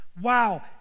wow